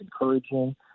encouraging